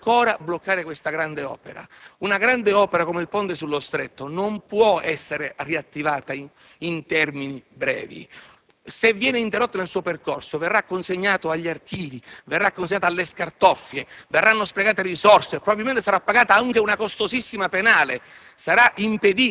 per anni questa grande opera: una grande opera come il Ponte sullo Stretto non può essere riattivata in termini brevi. Se viene interrotta nel suo percorso, verrà consegnata agli archivi, alle scartoffie, verranno sprecate risorse e probabilmente sarà pagata anche una costosissima penale;